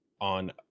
on